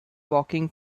walking